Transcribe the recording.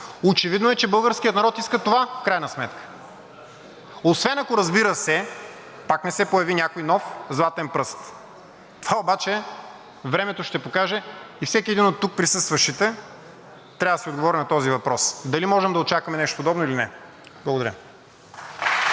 Очевидно е, че българският народ иска това в крайна сметка. Освен ако, разбира се, пак не се появи някой нов златен пръст. Това обаче времето ще покаже и всеки един от тук присъстващите трябва да си отговори на този въпрос: дали можем да очакваме нещо подобно или не? Благодаря.